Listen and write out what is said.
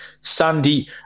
Sandy